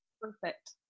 Perfect